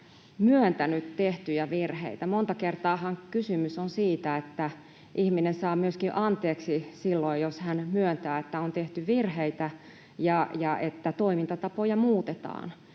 myöntänyt tehtyjä virheitä. Monta kertaahan kysymys on siitä, että ihminen saa myöskin anteeksi silloin, jos hän myöntää, että on tehty virheitä ja että toimintatapoja muutetaan.